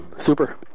Super